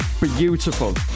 beautiful